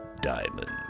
Diamond